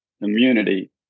immunity